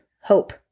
hope